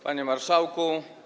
Panie Marszałku!